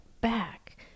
back